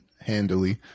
handily